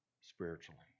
spiritually